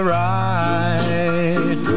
right